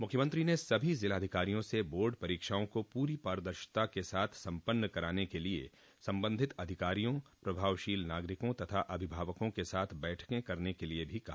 मुख्यमंत्री ने सभी जिलाधिकारियों से बोर्ड परीक्षाओं को पूरी पारदशिता के साथ स सम्पन्न कराने के लिये संबंधित अधिकारियों प्रभावशील नागरिकों तथा अभिभावकों के साथ बैठकें करने के लिये भी कहा